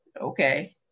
okay